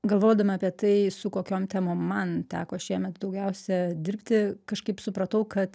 galvodama apie tai su kokiom temom man teko šiemet daugiausia dirbti kažkaip supratau kad